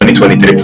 2023